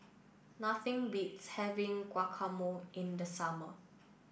nothing beats having Guacamole in the summer